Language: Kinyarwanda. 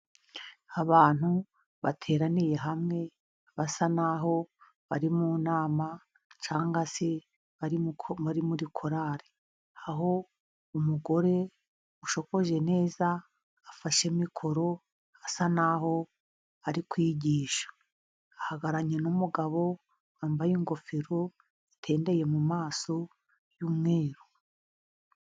Abantu bateraniye hamwe basa n'aho bari mu nama cyangwa se bari muri korali, aho umugore ushokoje neza, afashe mikoro asa n'aho ari kwigisha. Ahagararanye n'umugabo wambaye ingofero itendeye mu maso, y'umweru.